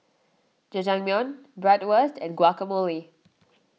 Jajangmyeon Bratwurst and Guacamole